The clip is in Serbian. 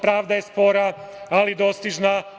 Pravda je spora, ali dostižna.